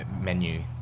menu